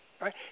right